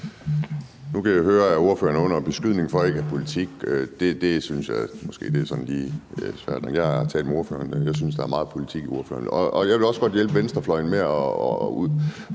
Nu kan jeg jo høre, at ordføreren er under beskydning for ikke at have en politik. Det synes jeg måske lige er sådan lidt hårdt. Men jeg har talt med ordføreren, og jeg synes, at der er meget politik i ordføreren, og jeg vil også godt hjælpe venstrefløjen med at få